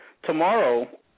Tomorrow